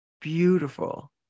beautiful